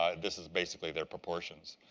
ah this is basically their proportions.